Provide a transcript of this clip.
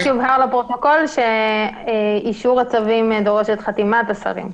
רק יובהר לפרוטוקול שאישור הצווים דורש את חתימת השרים.